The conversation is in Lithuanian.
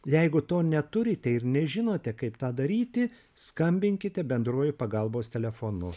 jeigu to neturite ir nežinote kaip tą daryti skambinkite bendruoju pagalbos telefonu